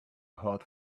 hot